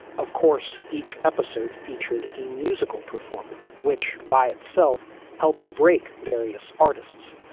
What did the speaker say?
of course, each episode featured a musical performer, which by itself helped break various artists.